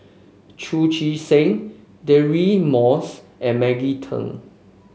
Chu Chee Seng Deirdre Moss and Maggie Teng